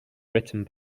written